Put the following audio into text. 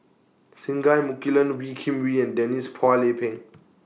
Singai Mukilan Wee Kim Wee and Denise Phua Lay Peng